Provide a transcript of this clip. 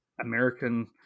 American